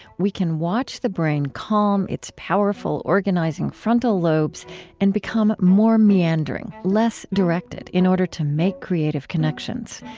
we can watch the brain calm its powerful organizing frontal lobes and become more meandering, less directed, in order to make creative connections.